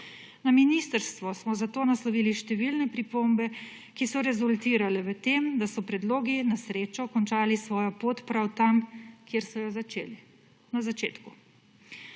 Na ministrstvo smo zato naslovili številne pripombe, ki so rezultirale v tem, da so predlogi na srečo končali svojo pot prav tam, kjer so jo začeli. Na začetku.